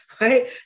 Right